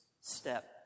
step